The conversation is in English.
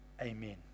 Amen